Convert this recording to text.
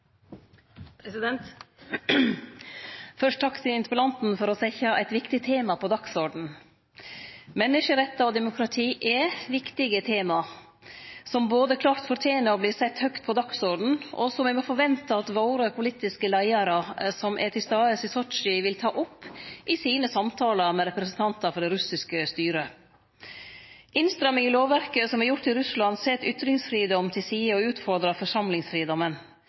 Først takk til interpellanten for å setje eit viktig tema på dagsordenen. Menneskerettar og demokrati er viktige tema som båe klart fortener å verte sette høgt på dagsordenen, og som ein må forvente at våre politiske leiarar som er til stades i Sotsji, vil ta opp i sine samtalar med representantar frå det russiske styret. Innstrammingar i lovverket som er gjorde i Russland, set ytringsfridomen til side og